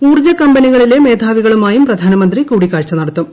ഊർജ കമ്പനികളിലെ മേധാവികളുമായും പ്രധാനമന്ത്രി കൂടിക്കാഴ്ച നടത്തും